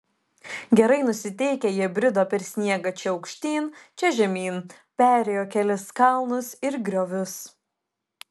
gerai nusiteikę jie brido per sniegą čia aukštyn čia žemyn perėjo kelis kalnus ir griovius